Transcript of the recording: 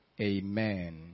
Amen